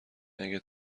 اگه